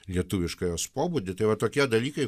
lietuvišką jos pobūdį tai va tokie dalykai